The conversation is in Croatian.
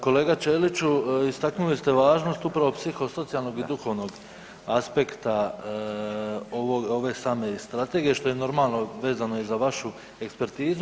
Kolega Ćeliću istaknuli ste važnost upravo psihosocijalnog i duhovnog aspekta ove same strategije što je normalno vezano i za vašu ekspertizu.